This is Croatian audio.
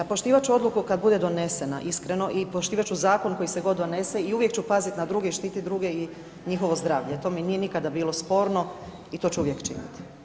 Poštivat ću odluku kada bude donesena iskreno i poštivat ću zakon koji se god donese i uvijek ću paziti na druge i štiti druge i njihovo zdravlje, to mi nikada nije bilo sporno i to ću uvijek činiti.